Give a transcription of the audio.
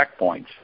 checkpoints